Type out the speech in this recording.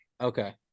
okay